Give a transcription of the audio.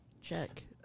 check